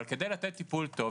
אבל כדי לתת טיפול טוב,